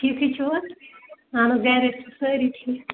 ٹھیٖکھٕے چھُو حظ اَہَن حظ گَرِ ٲسوٕ سٲری ٹھیٖک